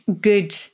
good